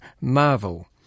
MARVEL